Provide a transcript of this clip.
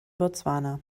botswana